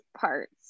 parts